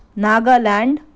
Nagaland